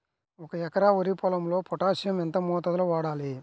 ఒక ఎకరా వరి పొలంలో పోటాషియం ఎంత మోతాదులో వాడాలి?